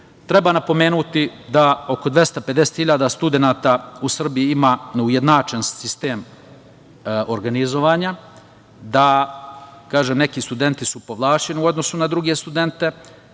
uniji. Treba napomenuti da oko 250.000 studenata u Srbiji ima neujednačen sistem organizovanja. Kaže, neki studenti su povlašćeni u odnosu na druge studente